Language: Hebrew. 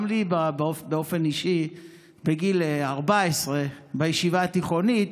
גם לי באופן אישי בגיל 14 בישיבה התיכונית,